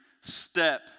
step